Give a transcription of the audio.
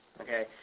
okay